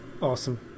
awesome